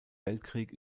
weltkrieg